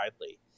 widely